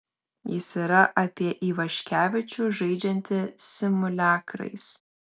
jis yra apie ivaškevičių žaidžiantį simuliakrais